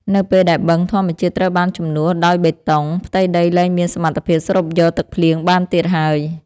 នៅពេលដែលបឹងធម្មជាតិត្រូវបានជំនួសដោយបេតុង ផ្ទៃដីលែងមានសមត្ថភាពស្រូបយកទឹកភ្លៀងបានទៀតឡើយ។